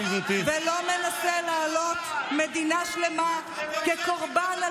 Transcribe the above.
ולא מנסה להעלות מדינה שלמה כקורבן על